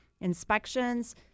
inspections